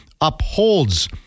upholds